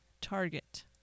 target